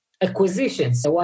acquisitions